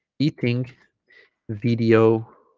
eating video